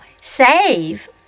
save